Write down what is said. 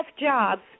jobs